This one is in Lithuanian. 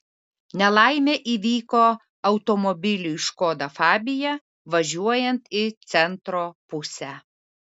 nelaimė įvyko automobiliui škoda fabia važiuojant į centro pusę